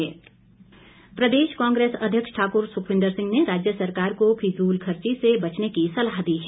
कांग्रे स प्रदेश कांग्रेस अध्यक्ष ठाकुर सुखविन्द्र सिंह ने राज्य सरकार को फिजूलखर्ची से बचने की सलाह दी है